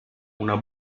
una